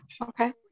Okay